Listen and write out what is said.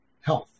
health